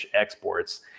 exports